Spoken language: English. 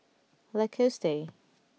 Lacoste